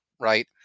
right